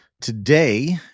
Today